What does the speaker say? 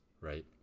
right